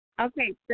Okay